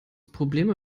probleme